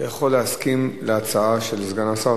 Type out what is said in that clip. אתה יכול להסכים להצעה של סגן השר,